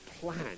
plan